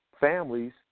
families